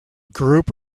group